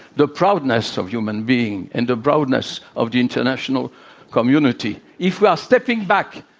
the proudness of human beings, and the proudness of the international community. if we are stepping back,